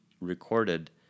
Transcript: recorded